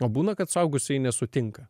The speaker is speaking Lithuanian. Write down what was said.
o būna kad suaugusieji nesutinka